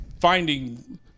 finding